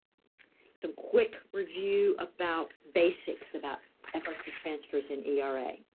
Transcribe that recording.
so quick review about basics about frc transfers in era.